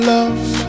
Love